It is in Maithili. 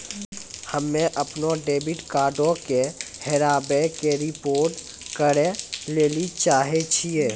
हम्मे अपनो डेबिट कार्डो के हेराबै के रिपोर्ट करै लेली चाहै छियै